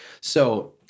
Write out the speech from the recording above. So-